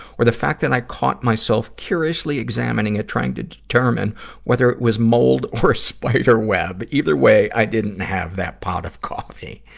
or the fact that i caught myself curiously examining it trying to determine if it was mold or a spider web. either way, i didn't have that pot of coffee.